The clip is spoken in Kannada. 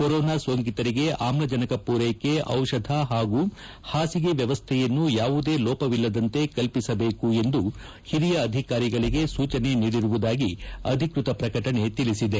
ಕೊರೋನ ಸೋಂಕಿತರಿಗೆ ಆಮ್ಲಜನಕ ಪೂರೈಕೆ ಔಷಧ ಹಾಗೂ ಹಾಸಿಗೆ ವ್ಚವಸ್ವೆಯನ್ನು ಯಾವುದೇ ಲೋಪವಿಲ್ಲದಂತೆ ಕಲ್ಪಿಸಬೇಕು ಎಂದು ಹಿರಿಯ ಅಧಿಕಾರಿಗಳಿಗೆ ಸೂಚನೆ ನೀಡಿರುವುದಾಗಿ ಅಧಿಕೃತ ಪ್ರಕಟಣೆ ತಿಳಿಸಿದೆ